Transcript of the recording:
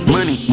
Money